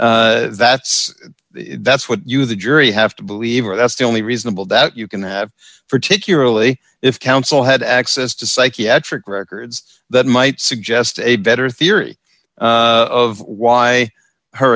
say that's that's what you the jury have to believe or that's the only reasonable doubt you can have for to cure only if counsel had access to psychiatric records that might suggest a better theory of why her